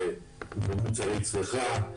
זה מוצרי צריכה,